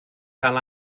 cael